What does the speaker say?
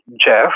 Jeff